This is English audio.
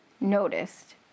noticed